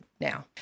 now